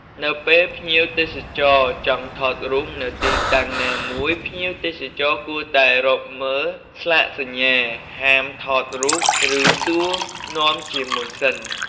មុនពេលភ្ញៀវទេសចរចង់ថតរូបនៅទីតាំងណាមួយ ភ្ញៀវទេសចរគួរតែរកមើលស្លាកសញ្ញា "ហាមថតរូប" ឬសួរនាំជាមុនសិន។